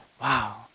Wow